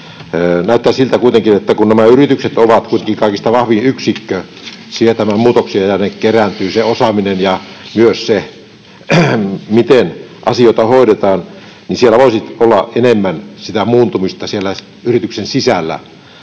Näyttää siltä kuitenkin, että kun nämä yritykset ovat kuitenkin kaikista vahvin yksikkö sietämään muutoksia ja sinne kerääntyy se osaaminen ja myös se, miten asioita hoidetaan, niin siellä yrityksen sisällä voisi olla enemmän sitä muuntumista. Se olisi ehkä